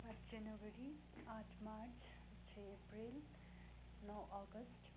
पाँच जनवरी आठ मार्च छ अप्रिल नौ अगस्त